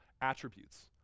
attributes